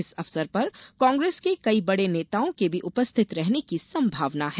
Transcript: इस अवसर पर कांग्रेस के कई बड़े नेताओं के भी उपस्थित रहने की संभावना है